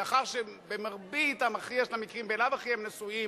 מאחר שברוב המכריע של המקרים הם בלאו-הכי נשואים,